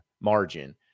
margin